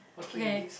okay